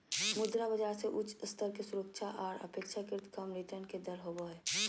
मुद्रा बाजार मे उच्च स्तर के सुरक्षा आर अपेक्षाकृत कम रिटर्न के दर होवो हय